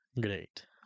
great